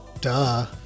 Duh